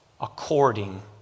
according